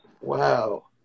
Wow